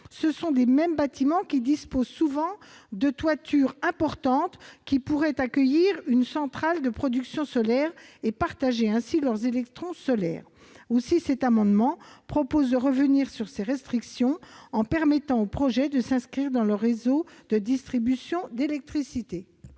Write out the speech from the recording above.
ce sont ces mêmes bâtiments qui disposent souvent de toitures importantes susceptibles d'accueillir une centrale de production solaire et de partager ainsi leurs électrons solaires. Cet amendement vise à revenir sur ces restrictions, en permettant aux projets de s'inscrire sur le réseau de distribution d'électricité.